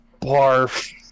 Barf